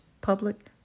public